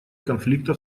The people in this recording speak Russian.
конфликта